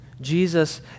Jesus